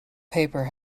paper